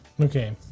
Okay